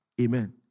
Amen